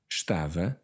Estava